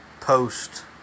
post